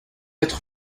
être